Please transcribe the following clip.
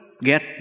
get